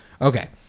Okay